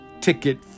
ticket